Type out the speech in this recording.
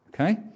okay